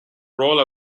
role